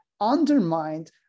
undermined